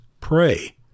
Pray